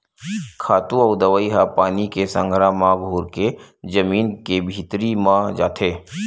खातू अउ दवई ह पानी के संघरा म घुरके जमीन के भीतरी म जाथे